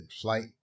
Flight